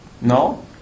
No